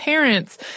parents